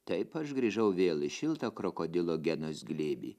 taip aš grįžau vėl į šiltą krokodilo genos glėbį